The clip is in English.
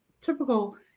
typical